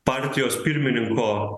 partijos pirmininko